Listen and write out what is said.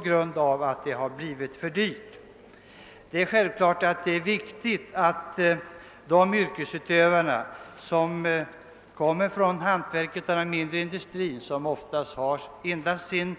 Givetvis är det viktigt att hantverkets och den mindre industrins utövare, vilka oftast endast har sin